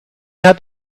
hat